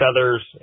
feathers